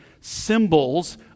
symbols